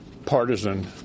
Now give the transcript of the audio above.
partisan